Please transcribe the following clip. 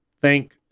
thank